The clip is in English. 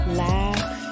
laugh